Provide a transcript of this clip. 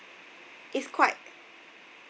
it's quite